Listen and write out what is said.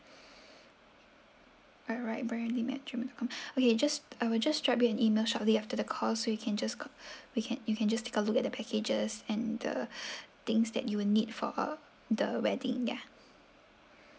alright bryan lim at gmail dot com okay just I will just drop you an email shortly after the call so you can just c~ we can you can just take a look at the packages and the things that you will need for uh the wedding ya